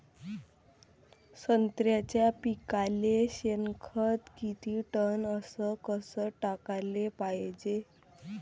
संत्र्याच्या पिकाले शेनखत किती टन अस कस टाकाले पायजे?